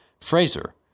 Fraser